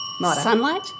Sunlight